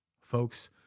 Folks